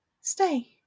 Stay